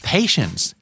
Patience